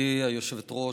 גברתי היושבת-ראש,